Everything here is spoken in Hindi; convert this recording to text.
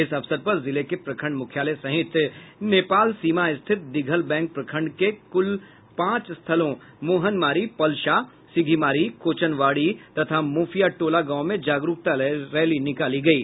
इस अवसर पर जिले के प्रखंड मुख्यालय सहित नेपाल सीमा स्थित दिघलबैंक प्रखंड के कुल पांच स्थलों मोहनमारी पलशा सिधीमारी कोचनवाड़ी तथा मोफियाटोला गांव में जागरूकता रैली निकाली गयी